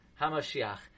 Hamashiach